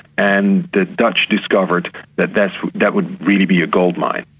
and the dutch discovered that that that would really be a goldmine.